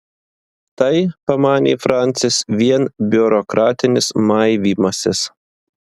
tai pamanė francis vien biurokratinis maivymasis